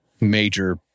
major